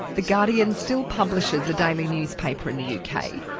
the guardian still publishes a daily newspaper in the yeah kind of